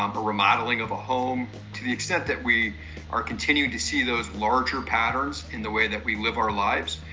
um a remodeling of a home. to the extent that we are continuing to see those larger patterns in the way that we live our lives,